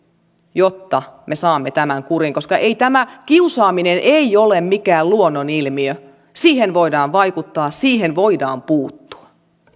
jotta me saamme tämän kuriin koska tämä kiusaaminen ei ole mikään luonnonilmiö siihen voidaan vaikuttaa siihen voidaan puuttua